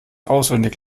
auswendig